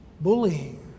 bullying